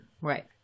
Right